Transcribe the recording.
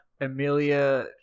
Amelia